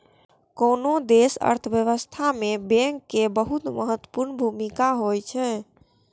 कोनो देशक अर्थव्यवस्था मे बैंक केर बहुत महत्वपूर्ण भूमिका होइ छै